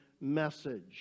message